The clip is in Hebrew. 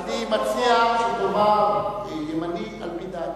אני מציע שתאמר: ימני על-פי דעתי.